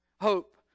hope